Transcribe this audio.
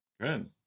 Good